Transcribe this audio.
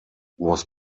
was